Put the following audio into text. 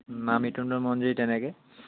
মহা মৃত্যুঞ্জয় মন্দিৰ তেনেকে